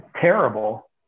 terrible